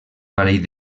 parell